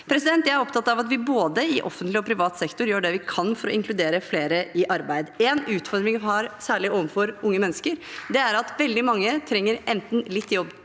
Jeg er opptatt av at vi både i offentlig og i privat sektor gjør det vi kan for å inkludere flere i arbeid. En utfordring vi har, særlig overfor unge mennesker, er at veldig mange trenger enten litt hjelp